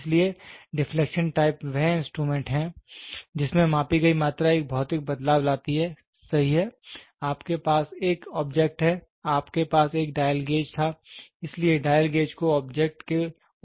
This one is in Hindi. इसलिए डिफलेक्शन टाइप वह इंस्ट्रूमेंट हैं जिसमें मापी गई मात्रा एक भौतिक बदलाव लाती है सही है आपके पास एक ऑब्जेक्ट है आपके पास एक डायल गेज था इसलिए डायल गेज को ऑब्जेक्ट के ऊपर दबाया गया